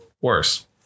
worse